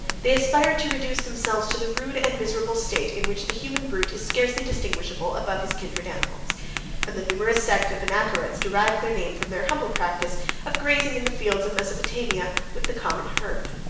they aspired to reduce themselves to the rude and miserable state in which the human brute is scarcely distinguishable above his kindred animals and the numerous sect of anachorets derived their name from their humble practice of grazing in the fields of mesopotamia with the common herd.